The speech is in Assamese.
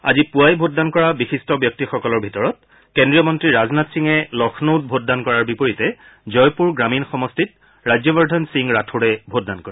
আজি পুৱাই ভোটদান কৰা বিশিষ্ট ব্যক্তিসকলৰ ভিতৰত কেজ্ৰীয় মন্ত্ৰী ৰাজনাথ সিঙে লক্ষ্ণৌত ভোটদান কৰাৰ বিপৰীতে জয়পুৰ গ্ৰামীণ সমষ্টিত ৰাজ্যৱৰ্ধন সিং ৰাথোড়ে ভোটদান কৰে